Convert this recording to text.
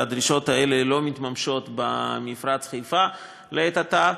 והדרישות האלה לא מתממשות במפרץ חיפה לעת עתה.